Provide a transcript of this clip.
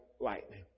lightning